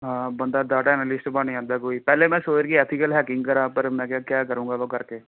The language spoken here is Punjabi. ਹਾਂ ਬੰਦਾ ਡਾਟਾ ਐਨਾਲਿਸਟ ਬਣ ਜਾਂਦਾ ਕੋਈ ਪਹਿਲੇ ਮੈਂ ਸੋਚ ਰਿਹਾ ਕਿ ਐਥੀਕਲ ਹੈਕਿੰਗ ਕਰਾ ਪਰ ਮੈਂ ਕਿਹਾ ਕਿਆ ਕਰੂੰਗਾ ਉਹ ਕਰਕੇ